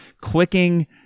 clicking